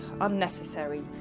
unnecessary